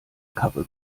karre